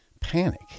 panic